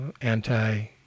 anti